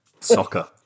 soccer